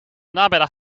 namiddag